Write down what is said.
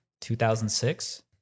2006